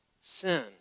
sin